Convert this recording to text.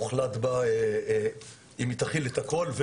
הוחלט בה אם היא תכיל את הכל,